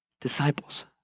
disciples